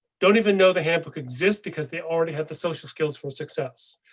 don't even know the handbook exists because they already have the social skills for success.